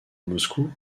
moscou